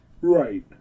right